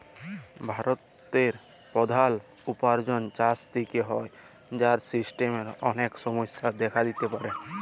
ভারতের প্রধাল উপার্জন চাষ থেক্যে হ্যয়, যার সিস্টেমের অলেক সমস্যা দেখা দিতে পারে